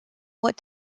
what